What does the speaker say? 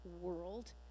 world